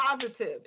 positive